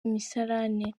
imisarane